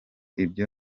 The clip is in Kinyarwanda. ibyo